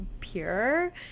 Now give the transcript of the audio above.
pure